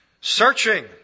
Searching